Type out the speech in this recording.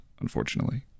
unfortunately